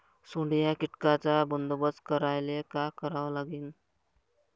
सोंडे या कीटकांचा बंदोबस्त करायले का करावं लागीन?